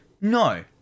No